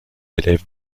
élèves